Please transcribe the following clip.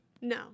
no